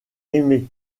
aimés